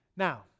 Now